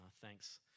thanks